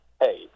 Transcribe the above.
hey